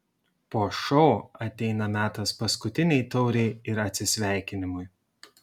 po šou ateina metas paskutinei taurei ir atsisveikinimui